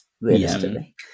realistically